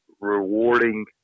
rewarding